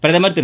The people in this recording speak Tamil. பிரதமர் திரு